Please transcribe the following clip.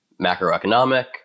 macroeconomic